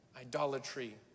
idolatry